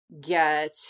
get